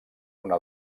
una